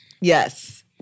Yes